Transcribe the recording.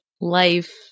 life